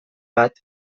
bat